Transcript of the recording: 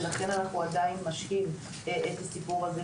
ולכן אנחנו עדיין משהים את הסיפור הזה,